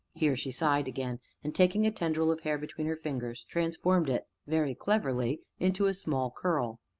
here she sighed again, and, taking a tendril of hair between her fingers, transformed it, very cleverly, into a small curl.